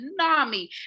tsunami